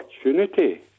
opportunity